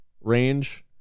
range